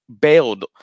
bailed